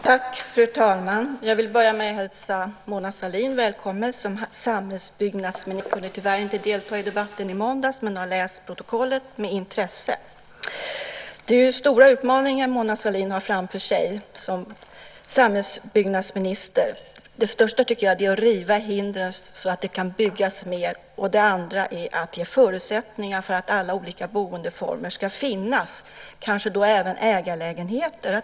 Fru talman! Jag vill börja med att hälsa Mona Sahlin välkommen som samhällsbyggnadsminister. Jag kunde tyvärr inte delta i debatten i måndags men har läst protokollet med intresse. Det är stora utmaningar Mona Sahlin har framför sig som samhällsbyggnadsminister. Det största tycker jag är att riva hindren så att det kan byggas mer. Det andra är att ge förutsättningar så att alla olika boendeformer kan finnas, kanske då även ägarlägenheter.